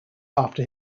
after